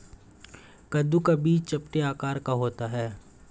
कद्दू का बीज चपटे आकार का होता है